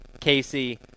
Casey